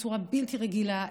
בצורה בלתי רגילה,